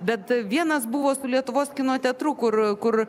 bet vienas buvo lietuvos kino teatrų kur kur